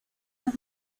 las